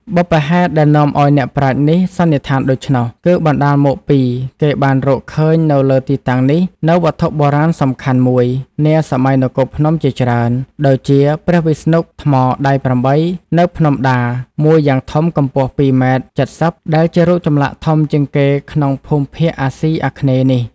បុព្វហេតុដែលនាំឱ្យអ្នកប្រាជ្ញនេះ សន្និដ្ឋានដូច្នោះ គឺបណ្តាលមកពីគេបានរក ឃើញនៅលើទីតាំងនេះ នូវវត្ថុបុរាណសំខាន់១ នាសម័យនគរភ្នំជាច្រើន ដូចជាព្រះវិស្ណុ ថ្មដៃ៨ នៅភ្នំដាមួយយ៉ាងធំ កំពស់ ២ម៉ែត្រ៧០ ដែលជារូបចម្លាក់ធំជាងគេក្នុងភូមិភាគ អាស៊ីអាគ្នេយ៍នេះ។